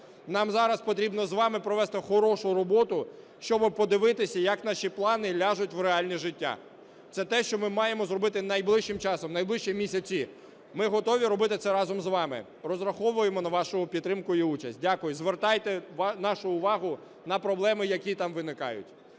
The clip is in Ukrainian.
Нам зараз потрібно з вами провести хорошу роботу, щоб подивитися, як наші плани ляжуть в реальне життя. Це те, що ми маємо зробити найближчим часом, в найближчі місяці. Ми готові робити це разом з вами. Розраховуємо на вашу підтримку і участь. Дякую. Звертайте нашу увагу на проблеми, які там виникають.